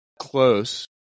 close